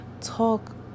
talk